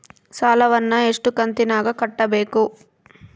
ಸಾಲವನ್ನ ಎಷ್ಟು ಕಂತಿನಾಗ ಕಟ್ಟಬೇಕು?